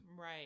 Right